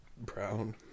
Brown